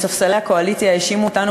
מספסלי הקואליציה האשימו אותנו,